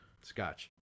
Scotch